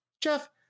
Jeff